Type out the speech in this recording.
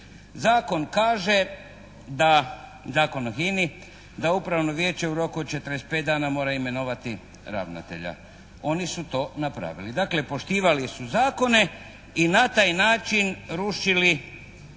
Zakon o HINA-i, da upravno vijeće u roku od 45 dana mora imenovati ravnatelja. Oni su to napravili. Dakle, poštivali su zakone i na taj način rušili demokraciju.